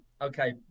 Okay